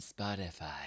Spotify